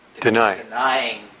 denying